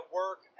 work